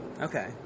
Okay